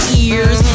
ears